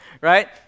right